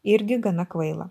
irgi gana kvaila